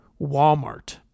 Walmart